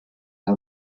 der